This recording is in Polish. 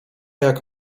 jak